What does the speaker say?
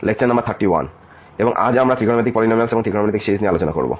lecture number 31 এবং আজ আমরা ত্রিকোণমিতিক পলিনমিয়ালস এবং ত্রিকোণমিতিক সিরিজ নিয়ে আলোচনা করব